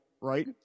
right